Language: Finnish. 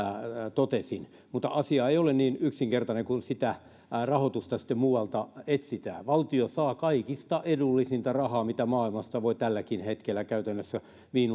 totesin mutta asia ei ole niin yksinkertainen kun sitä rahoitusta sitten muualta etsitään valtio saa kaikista edullisinta rahaa mitä maailmassa voi tälläkin hetkellä saada käytännössä